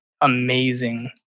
amazing